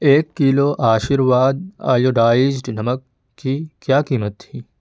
ایک کلو آشرواد آیوڈائزڈ نمک کی کیا قیمت تھی